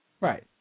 Right